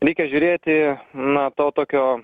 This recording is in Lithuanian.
reikia žiūrėti na to tokio